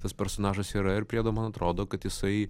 tas personažas yra ir priedo man atrodo kad jisai